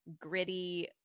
gritty